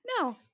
no